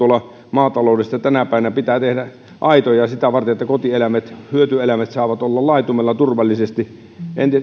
maataloudessa tänäpänä pitää tehdä aitoja sitä varten että kotieläimet hyötyeläimet saavat olla laitumella turvallisesti